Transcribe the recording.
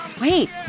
Wait